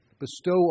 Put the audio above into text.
bestow